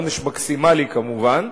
עונש מקסימלי כמובן,